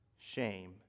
shame